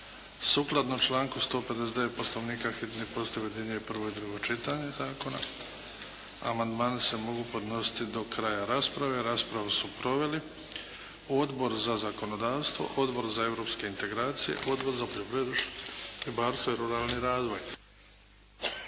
Sukladno članku 159. Poslovnika, hitni postupak objedinjuje prvo i drugo čitanje zakona. Amandmani se mogu podnositi do kraja rasprave. Raspravu su proveli Odbor za zakonodavstvo, Odbor za europske integracija, Odbor za poljoprivredu, ribarstvo i ruralni razvoj.